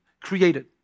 created